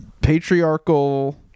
patriarchal